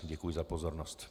Děkuji za pozornost.